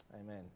Amen